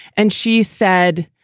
and she said,